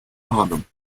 arnhem